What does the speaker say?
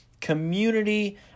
community